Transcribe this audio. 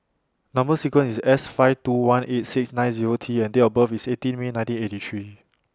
Number sequence IS S five two one eight six nine Zero T and Date of birth IS eighteen May nineteen eighty three